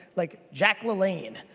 like jack lalanne.